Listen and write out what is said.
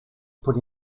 put